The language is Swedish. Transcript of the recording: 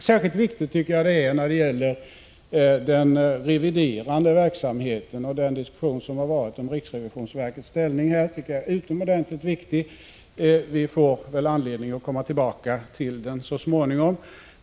Särskilt viktigt är detta när det gäller den reviderande verksamheten, och den diskussion som förekommit om riksrevisionsverkets ställning tycker jag är utomordentligt viktig. Vi får väl anledning att så småningom komma tillbaka till den diskussionen.